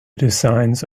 design